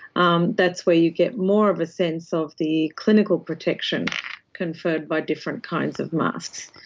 um that's where you get more of a sense of the clinical protection conferred by different kinds of masks.